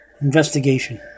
investigation